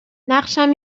نقشم